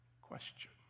question